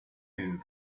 you